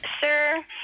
sir